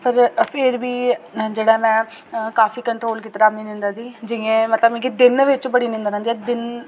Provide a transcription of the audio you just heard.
पर फिर बी में जेह्ड़ा में काफी कंट्रोल कीते दा में अपनी निंदर दी जि'यां मतलब मिगी दिन बिच बड़ी निंदर आंदी ऐ ते दिन